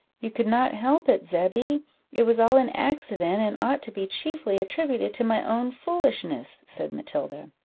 you could not help it, zebby it was all an accident, and ought to be chiefly attributed to my own foolishness, said matilda.